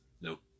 Nope